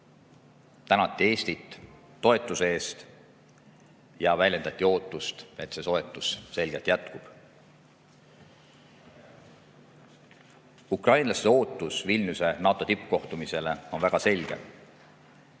tänati Eestit toetuse eest ja väljendati ootust, et see toetus selgelt jätkub. Ukrainlaste ootus NATO tippkohtumisele Vilniuses on väga selge.